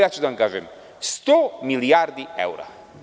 Ja ću da vam kažem – 100 milijardi evra.